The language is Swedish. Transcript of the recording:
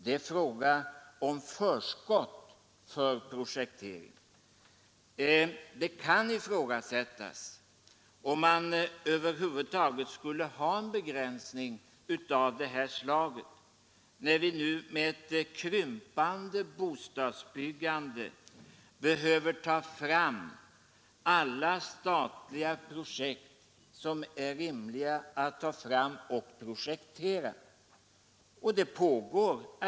Det är fråga om förskott för projektering. Det kan ifrågasättas om man över huvud taget skall ha en begränsning av detta slag, när vi nu med ett krympande bostadsbyggande behöver ta fram alla statliga projekt som är rimliga att ta fram och projektera.